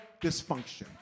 dysfunction